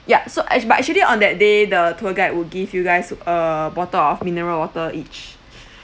ya so act~ but actually on that day the tour guide will give you guys a bottle of mineral water each